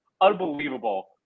unbelievable